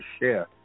share